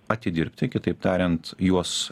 atidirbti kitaip tariant juos